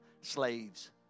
Slaves